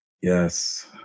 Yes